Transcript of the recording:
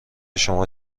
شما